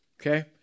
Okay